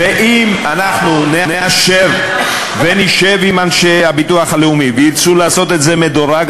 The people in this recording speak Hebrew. ואם אנחנו נאשר ונשב עם אנשי הביטוח הלאומי והם ירצו לעשות את זה מדורג,